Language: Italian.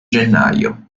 gennaio